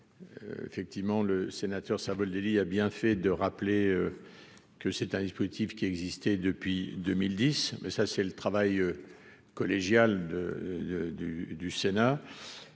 effectivement, le sénateur Savoldelli a bien fait de rappeler que c'est un dispositif qui existait depuis 2010 mais ça c'est le travail collégial de de